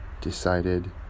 Decided